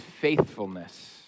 faithfulness